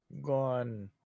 Gone